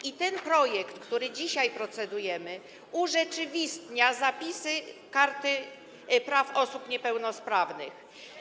I ten projekt, nad którym dzisiaj procedujemy, urzeczywistnia zapisy Karty Praw Osób Niepełnosprawnych.